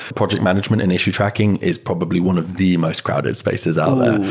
project management and issue tracking is probably one of the most crowded spaces out there.